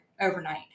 overnight